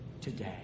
today